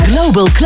Global